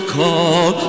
call